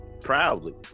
proudly